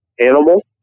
animal